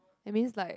that means like